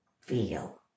feel